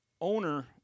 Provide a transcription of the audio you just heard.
owner